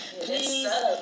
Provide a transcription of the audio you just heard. please